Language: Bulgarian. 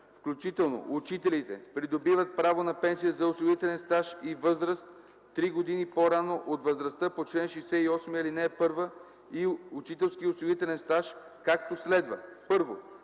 включително учителите придобиват право на пенсия за осигурителен стаж и за възраст 3 години по-рано от възрастта по чл. 68, ал. 1 и учителски осигурителен стаж, както следва: 1. до